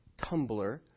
Tumblr